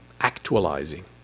actualizing